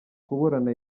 kuburana